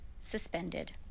suspended